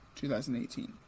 2018